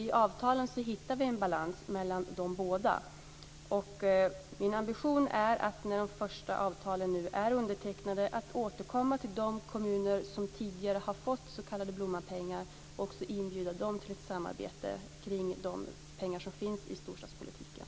I avtalen hittar vi en balans mellan de båda. Min ambition är att när de första avtalen är undertecknade återkomma till de kommuner som tidigare har fått s.k. Blommanpengar med en inbjudan till samarbete kring de pengar som finns för storstadspolitiken.